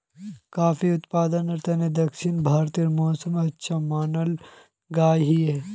काफिर उत्पादनेर तने दक्षिण भारतेर मौसम अच्छा मनाल गहिये